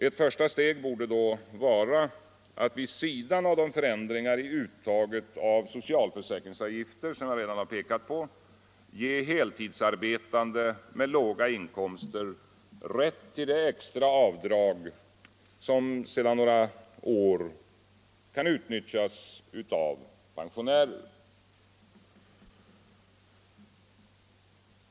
Ett första steg borde därvid kunna vara att vid sidan av de förändringar i uttaget av socialförsäkringsavgifter som jag redan har pekat på ge heltidsarbetande med låga inkomster rätt till det extra avdrag som sedan några år kan utnyttjas av pensionärer.